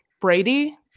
Brady